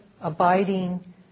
abiding